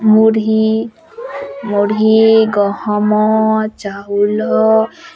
ମୁଢ଼ି ମୁଢ଼ି ଗହମ ଚାଉଲ